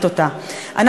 לפני שאנחנו